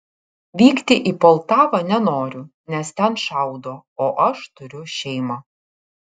vykti į poltavą nenoriu nes ten šaudo o aš turiu šeimą